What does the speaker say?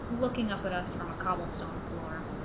looking up at us from a cobblestone floor